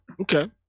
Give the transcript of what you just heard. Okay